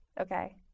Okay